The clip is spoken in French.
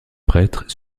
prêtre